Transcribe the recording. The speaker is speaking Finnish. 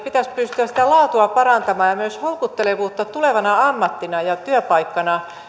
pitäisi pystyä parantamaan ja myös houkuttelevuutta tulevana ammattina ja ja työpaikkana